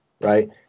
right